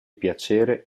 piacere